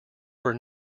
were